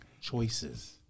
choices